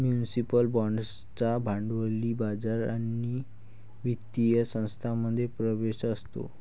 municipal बाँड्सना भांडवली बाजार आणि वित्तीय संस्थांमध्ये प्रवेश असतो